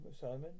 Simon